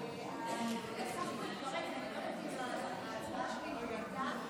ההסתגלות ושינוי מועד תשלומו),